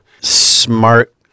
smart